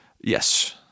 Yes